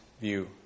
view